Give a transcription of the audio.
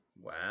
wow